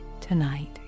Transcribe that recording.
tonight